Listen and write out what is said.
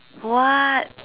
what